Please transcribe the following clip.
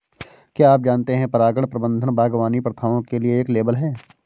क्या आप जानते है परागण प्रबंधन बागवानी प्रथाओं के लिए एक लेबल है?